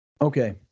Okay